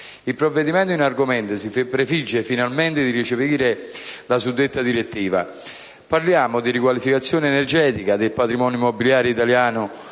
Il provvedimento in argomento si prefigge, finalmente, di recepire la suddetta direttiva. Parliamo di riqualificazione energetica del patrimonio immobiliare italiano